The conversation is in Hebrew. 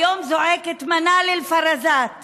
היום זועקת מנאל אלפזראת